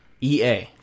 EA